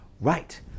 Right